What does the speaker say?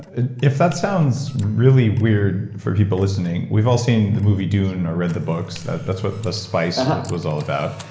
and if that sounds really weird for people listening, we've all seen the movie dune or read the books. that's what the spice was all about,